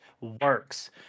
works